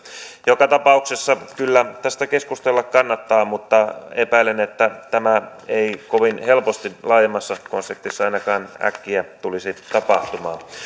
joka tapauksessa kyllä tästä keskustella kannattaa mutta epäilen että tämä ei kovin helposti laajemmassa konseptissa ainakaan äkkiä tulisi tapahtumaan